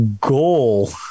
goal